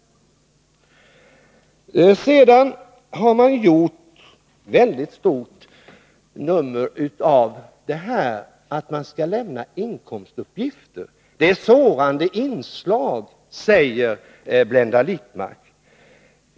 Det har gjorts ett väldigt stort nummer av detta att inkomstuppgifter skall lämnas. Det är ett sårande inslag, säger Blenda Littmarck.